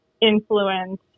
influence